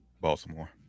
Baltimore